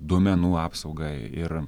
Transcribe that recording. duomenų apsaugą ir